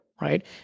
right